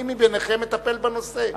מי מביניכם מטפל בנושא.